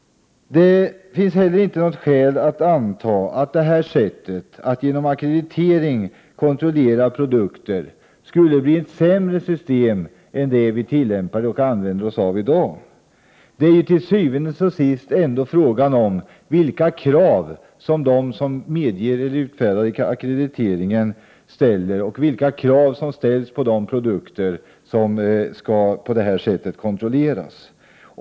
Det finns inte heller något skäl att anta att detta sätt att genom ackreditering kontrollera produkter skulle vara ett sämre system än det som används i dag. Det är til syvende og sidst frågan om vilka krav som de som medger eller utfärdar ackrediteringen ställer och vilka krav som ställs på de produkter som skall kontrolleras på detta sätt.